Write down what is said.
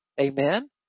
Amen